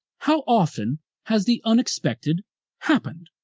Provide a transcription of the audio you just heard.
how often has the unexpected happened?